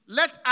let